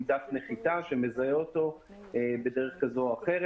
דף נחיתה שמזהה אותו בדרך זו או אחרת.